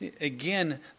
Again